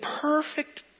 perfect